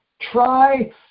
try